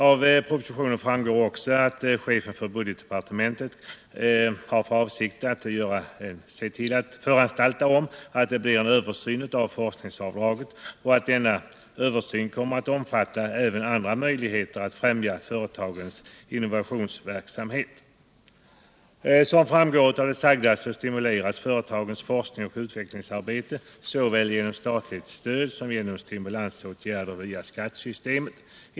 Av propositionen framgår också att chefen för budgetdepartementet har för avsikt att föranstalta om översyn av forskningsavdraget, och denna översyn kommer att omfatta även andra möjligheter att främja företagens innovationsverksamhet. Som framgår av det sagda stimuleras företagens forskningsoch utvecklingsarbete såväl genom statligt stöd som genom stimulansåtgärder via skattesystemet.